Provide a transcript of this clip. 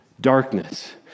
darkness